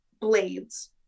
blades